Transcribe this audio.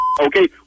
okay